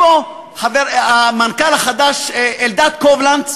המנכ"ל החדש אלדד קובלנץ,